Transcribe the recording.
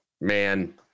man